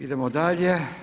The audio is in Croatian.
Idemo dalje.